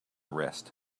wrist